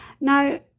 Now